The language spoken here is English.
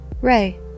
Ray